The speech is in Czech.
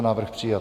Návrh přijat.